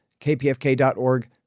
kpfk.org